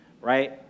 right